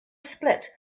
split